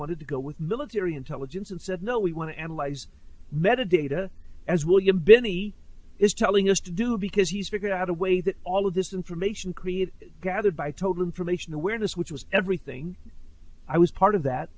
wanted to go with military intelligence and said no we want to analyze mehta data as william binney is telling us to do because he's figured out a way that all of this information created gathered by total information awareness which was everything i was part of that